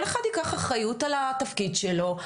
שכל אחד ייקח אחריות על התפקיד שלו,